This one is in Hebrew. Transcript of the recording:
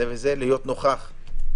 להיות נוכח.